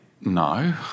No